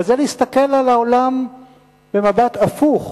אבל זה להסתכל על העולם במבט הפוך.